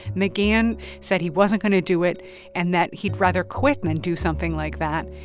mcgahn said he wasn't going to do it and that he'd rather quit than do something like that.